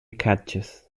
catches